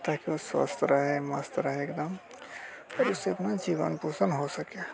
ताकि वो स्वस्थ रहे मस्त रहेगा एक दम उसे अपना जीवन पोषण हो सके